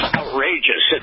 outrageous